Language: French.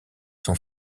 sont